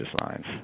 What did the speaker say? lines